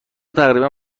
تقریبا